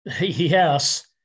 yes